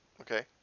Okay